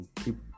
keep